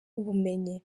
ubumenyi